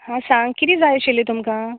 हां सांग किदें जाय आशिल्लें तुमकां